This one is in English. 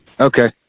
Okay